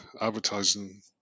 advertising